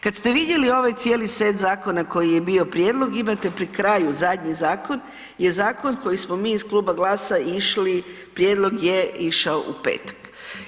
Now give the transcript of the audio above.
Kad ste vidjeli ovaj cijeli set zakona koji je bio prijedlog, imate pri kraju zadnji zakon je zakon koji smo mi iz Kluba GLAS-a išli, prijedlog je išao u petak.